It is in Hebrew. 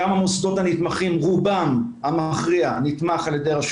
גם המוסדות הנתמכים רובם המכריע נתמך על ידי רשות